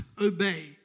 obey